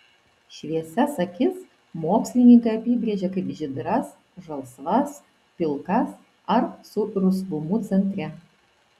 šviesias akis mokslininkai apibrėžia kaip žydras žalsvas pilkas ar su rusvumu centre